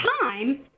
time